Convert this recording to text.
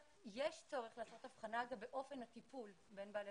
יש צורך לעשות הבחנה גם באופן הטיפול בין בעלי